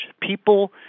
People